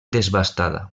desbastada